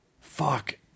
Fuck